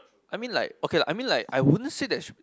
I mean like okay lah I mean like I wouldn't say there's